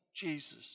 Jesus